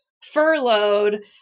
furloughed